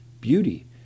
beauty